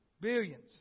billions